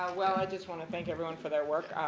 i just want to thank everyone for their work.